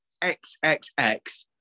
XXX